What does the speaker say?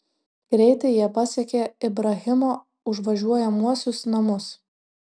greitai jie pasiekė ibrahimo užvažiuojamuosius namus